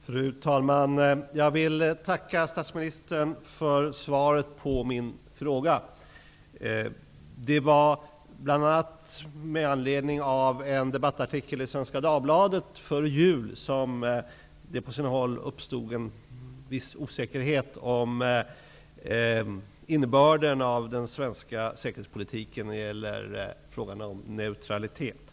Fru talman! Jag vill tacka statsministern för svaret på min fråga. Det var bl.a. med anledning av en debattartikel i Svenska Dagbladet före jul som det på sina håll uppstod en viss osäkerhet om innebörden av den svenska säkerhetspolitiken när det gäller frågan om neutralitet.